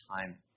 time